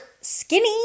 skinny